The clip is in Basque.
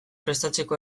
prestatzeko